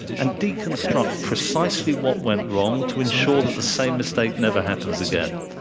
and deconstruct precisely what went wrong to ensure that the same mistake never happens again.